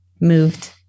moved